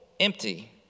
empty